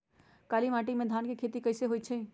काली माटी में धान के खेती कईसे होइ छइ?